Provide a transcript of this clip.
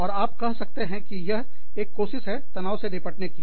और आप कह सकते हैं कि यह एक कोशिश है तनाव से निपटने की